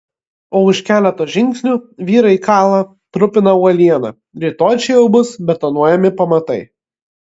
o už keleto žingsnių vyrai kala trupina uolieną rytoj čia jau bus betonuojami pamatai